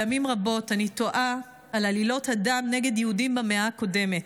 פעמים רבות אני תוהה על עלילות הדם נגד יהודים במאה הקודמת: